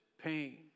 pain